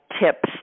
tips